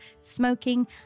smoking